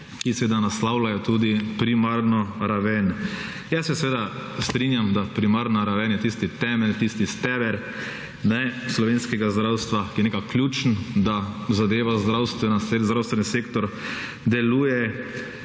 ki seveda naslavljajo tudi primarno raven. Jaz se seveda strinjam, da primarna raven je tisti temelj, tisti steber slovenskega zdravstva, ki je nekako ključen, da zadeva, zdravstvena, zdravstveni sektor deluje.